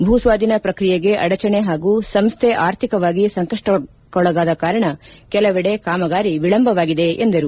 ಭೂ ಸ್ವಾಧೀನ ಪ್ರಕ್ರಿಯೆಗೆ ಅಡಚಣೆ ಹಾಗೂ ಸಂಸ್ಥೆ ಆರ್ಥಿಕವಾಗಿ ಸಂಕಷ್ಟಕ್ಕೊಳಗಾದ ಕಾರಣ ಕೆಲವೆಡೆ ಕಾಮಗಾರಿ ವಿಳಂಬವಾಗಿದೆ ಎಂದರು